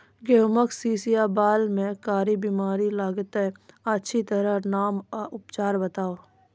गेहूँमक शीश या बाल म कारी बीमारी लागतै अछि तकर नाम आ उपचार बताउ?